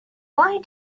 why